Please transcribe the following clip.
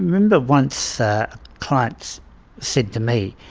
and once a client said to me,